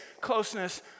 closeness